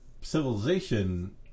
civilization